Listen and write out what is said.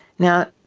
now,